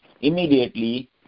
immediately